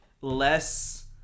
less